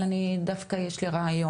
אבל אני דווקא יש לי רעיון,